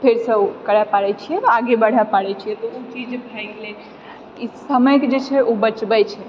फेरसँ ओ करऽ पारैत छियै आगे बढ़ऽ पारैत छियै ओ तऽ ओ चीज भै गेलय ई समयकऽ जे छै ओ बचबैत छै